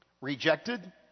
rejected